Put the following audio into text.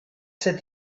said